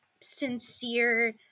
sincere